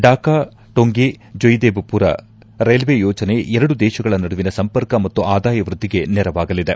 Dhaka Tongi Joydebpur railway ಯೋಜನೆ ಎರಡು ದೇಶಗಳ ನಡುವಿನ ಸಂಪರ್ಕ ಮತ್ತು ಆದಾಯ ವೃದ್ದಿಗೆ ನೆರವಾಗಲಿದೆ